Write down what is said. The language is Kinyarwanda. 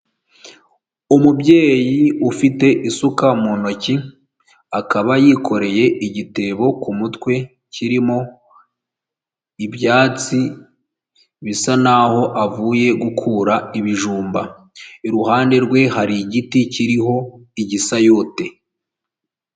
Umubyeyi ufite isuka mu ntoki, akaba yikoreye igitebo ku mutwe kirimo ibyatsi bisa nk'aho avuye gukura ibijumba, iruhande rwe hari igiti kiriho igisayote.